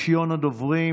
אני פשוט בניגוד עניינים,